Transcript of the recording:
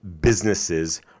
businesses